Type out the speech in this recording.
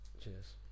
Cheers